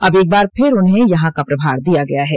अब एक बार फिर उन्हें यहां का प्रभार दिया गया है